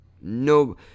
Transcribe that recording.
No